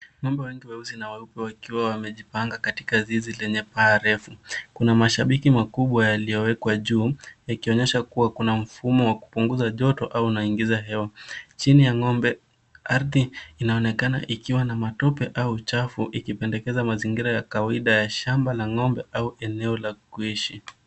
Ng'ombe wengi weusi na weupe wakiwa wamejipanga katika zizi lenye paa refu. Kuna mashabiki makubwa yaliyowekwa juu yakionyesha kuwa kuna mfumo wa kupunguza joto au unaingiza hewa. Chini ya ng'ombe, ardhi inaonekana ikiwa matope au uchafu ikipendekeza mazingira ya kawaida ya shamba la ng'ombe au eneo la kuishi.